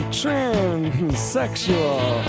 transsexual